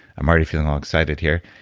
i'm already feeling all excited here,